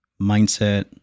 mindset